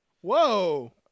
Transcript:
Whoa